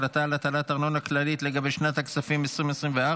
החלטה על הטלת ארנונה כללית לגבי שנת הכספים 2024),